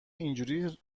اینجوری